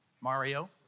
Mario